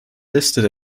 listed